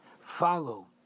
follow